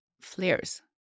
flares